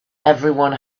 everyone